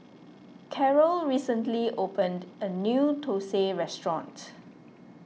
Carrol recently opened a new Thosai restaurant